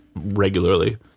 regularly